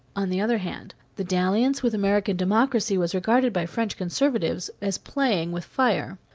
on the other hand the dalliance with american democracy was regarded by french conservatives as playing with fire.